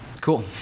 Cool